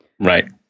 Right